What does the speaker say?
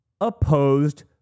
opposed